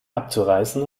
abzureißen